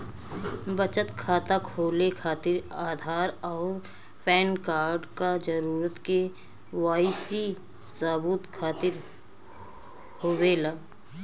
बचत खाता खोले खातिर आधार और पैनकार्ड क जरूरत के वाइ सी सबूत खातिर होवेला